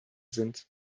sind